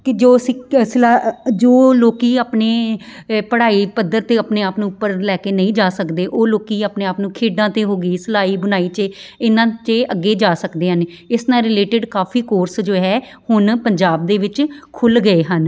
ਕਿ ਜੋ ਸਿ ਅ ਸਲਾ ਅ ਜੋ ਲੋਕੀਂ ਆਪਣੇ ਪੜ੍ਹਾਈ ਪੱਧਰ 'ਤੇ ਆਪਣੇ ਆਪ ਨੂੰ ਉੱਪਰ ਲੈ ਕੇ ਨਹੀਂ ਜਾ ਸਕਦੇ ਉਹ ਲੋਕੀਂ ਆਪਣੇ ਆਪ ਨੂੰ ਖੇਡਾਂ 'ਤੇ ਹੋ ਗਏ ਸਿਲਾਈ ਬੁਣਾਈ 'ਚ ਇਹਨਾਂ 'ਚ ਅੱਗੇ ਜਾ ਸਕਦੇ ਹਨ ਇਸ ਨਾਲ ਰਿਲੇਟਿਡ ਕਾਫ਼ੀ ਕੋਰਸ ਜੋ ਹੈ ਹੁਣ ਪੰਜਾਬ ਦੇ ਵਿੱਚ ਖੁੱਲ੍ਹ ਗਏ ਹਨ